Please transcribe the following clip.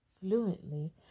fluently